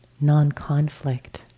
non-conflict